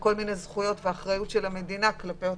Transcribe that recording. כל מיני זכויות ואחריות של המדינה כלפיהם.